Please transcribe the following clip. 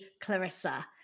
Clarissa